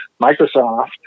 Microsoft